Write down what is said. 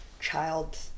child